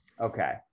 Okay